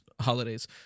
holidays